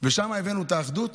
שם הבאנו את האחדות,